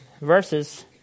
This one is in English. verses